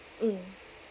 mm